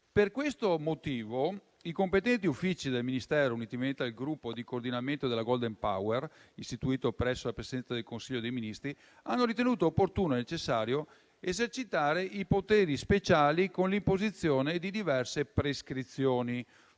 Per questo motivo, i competenti uffici del Ministero, unitamente al gruppo di coordinamento della *golden power* istituito presso la Presidenza del Consiglio dei ministri, hanno ritenuto opportuno e necessario esercitare i poteri speciali con l'imposizione di diverse prescrizioni,